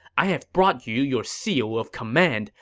i have brought you your seal of command.